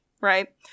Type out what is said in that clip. right